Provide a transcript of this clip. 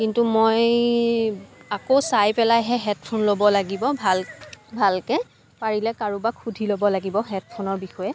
কিন্তু মই আকৌ চাই পেলাইহে হেডফোন ল'ব লাগিব ভাল ভালকৈ পাৰিলে কাৰোবাক সুধি ল'ব লাগিব হেডফোনৰ বিষয়ে